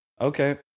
Okay